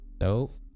nope